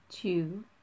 two